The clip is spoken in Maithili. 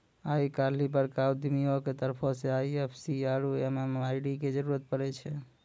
आइ काल्हि बड़का उद्यमियो के तरफो से आई.एफ.एस.सी आरु एम.एम.आई.डी के जरुरत पड़ै छै